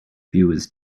viewers